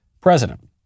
president